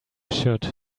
should